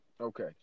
Okay